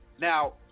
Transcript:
Now